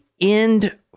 end